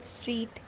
Street